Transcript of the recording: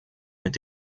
mit